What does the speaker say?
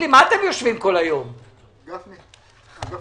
אגף